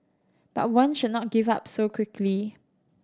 but one should not give up so quickly